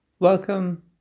Welcome